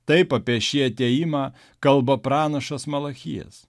taip apie šį atėjimą kalba pranašas malachijas